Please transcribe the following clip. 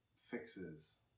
fixes